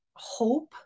hope